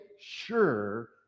sure